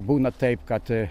būna taip kad